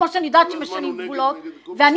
כמו שאני יודעת שמשנים גבולות ואני